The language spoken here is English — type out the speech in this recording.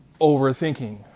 overthinking